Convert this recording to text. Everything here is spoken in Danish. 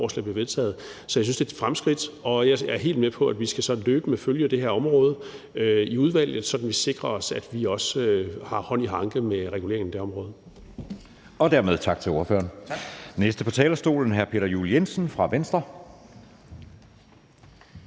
bliver vedtaget. Så jeg synes, det er et fremskridt, og jeg er helt med på, at vi så løbende skal følge det her område, sådan at vi sikrer os, at vi også har hånd i hanke med reguleringen på området. Kl. 11:37 Anden næstformand (Jeppe Søe): Dermed tak til ordføreren. Den næste på talerstolen er hr. Peter Juel-Jensen fra Venstre.